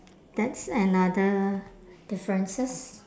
that's another differences